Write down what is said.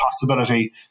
possibility